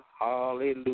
hallelujah